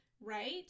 right